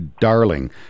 darling